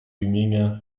imienia